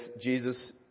Jesus